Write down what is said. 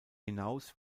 hinaus